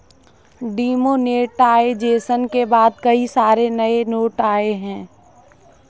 demonetisation के बाद कई सारे नए नोट आये